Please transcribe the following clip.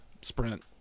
Sprint